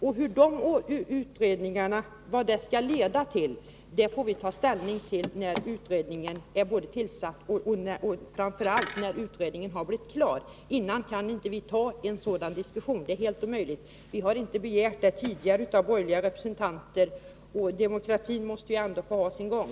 Vad denna utredning skall leda till får vi ta ställning till när utredningen har blivit klar — den är ju inte ens tillsatt ännu. Innan dess kan vi inte föra en sådan diskussion — det är helt omöjligt. Vi har inte tidigare begärt något sådant av borgerliga representanter. Den demokratiska processen måste ändå få ha sin gång.